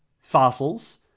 fossils